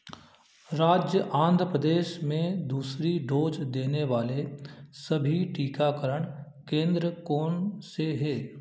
राज्य आंध्रप्रदेश में दूसरी डोज़ देने वाले सभी टीकाकरण केंद्र कौन से हैं